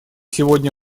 сегодня